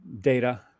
data